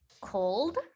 cold